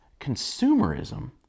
consumerism